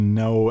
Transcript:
no